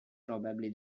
probably